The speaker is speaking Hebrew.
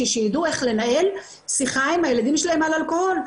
כדי שידעו איך לנהל שיחה עם הילדים שלהם על אלכוהול.